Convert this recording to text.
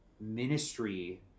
ministry